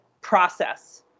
process